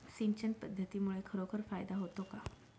सिंचन पद्धतीमुळे खरोखर फायदा होतो का?